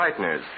brighteners